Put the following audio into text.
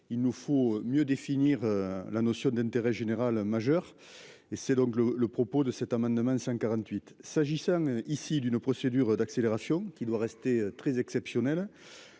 Il nous faut mieux définir la notion d'intérêt général majeur et c'est donc le le propos de cet amendement 148 s'agissant ici d'une procédure d'accélération qui doit rester très exceptionnel.